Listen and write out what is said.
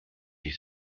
ich